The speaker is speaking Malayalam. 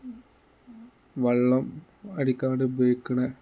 വള്ളം അടിക്കാണ്ട് ഉപയോഗിക്കണ